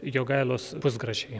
jogailos pusgrašiai penkioliktas amžius